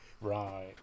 Right